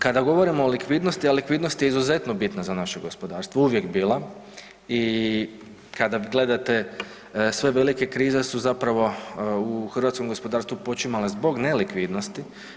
Kada govorimo o likvidnosti, a likvidnost je izuzetno bitna za naše gospodarstvo uvijek bila i kada gledate sve velike krize su zapravo u hrvatskom gospodarstvu počimale zbog nelikvidnosti.